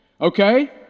Okay